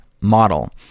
model